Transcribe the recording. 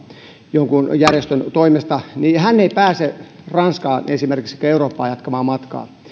jonkun järjestön toimesta niin hän ei pääse esimerkiksi ranskaan eikä eurooppaan jatkamaan matkaa